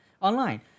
online